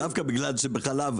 דווקא בגלל שבחלב,